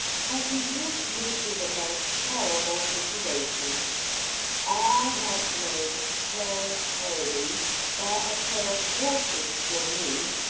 has reduced me to the most terrible situation i have made clarence hervey buy a pair of horses for me,